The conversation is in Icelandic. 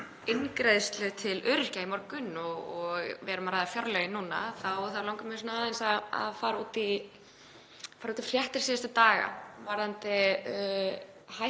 eingreiðslu til öryrkja í morgun og við erum að ræða fjárlögin núna þá langar mig aðeins að fara út í fréttir síðustu daga